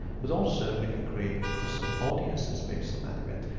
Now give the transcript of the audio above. but also we can create custom audiences based on that event.